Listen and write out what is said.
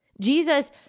Jesus